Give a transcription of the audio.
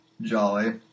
Jolly